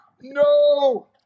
No